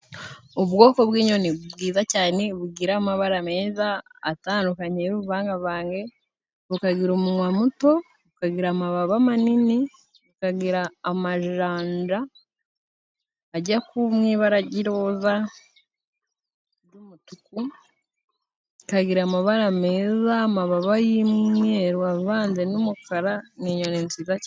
Ubwoko bw'inyoni bwiza cyane bugira amabara meza atandukanye, y'uruvangavange, bukagira umunwa muto, ikagira amababa manini, ikagira amajanja ajya kuba mu ibara ry'iroza, ry'umutuku, ikagira amabara meza, amababa y'umweru avanze n'umukara. Ni inyoni nziza cane.